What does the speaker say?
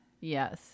yes